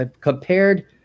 compared